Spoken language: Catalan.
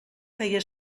feia